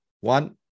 one